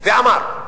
ואמר,